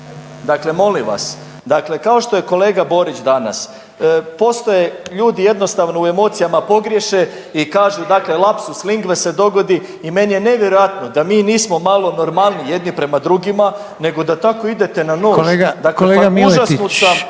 Dakle, molim vas. Dakle, kao što je kolega Borić danas postoje ljudi jednostavno u emocijama pogriješe i kažu dakle lapsus lingue se dogodi i meni je nevjerojatno da mi nismo malo normalniji jedni prema drugima, nego da tako idete na nož. Pa užasnut